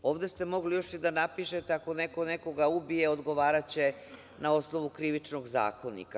Ovde ste mogli još i da napišete ako neko nekoga ubije, odgovaraće na osnovu Krivičnog zakonika.